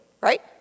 right